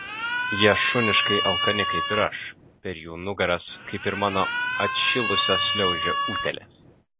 jie šuniškai alkani kaip ir aš per jų nugaras kaip ir mano atšilusios šliaužia utėlės